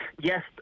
yes